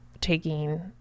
taking